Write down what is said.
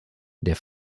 der